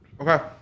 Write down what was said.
Okay